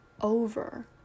over